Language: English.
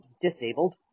disabled